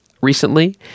recently